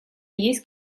есть